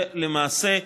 ולמעשה,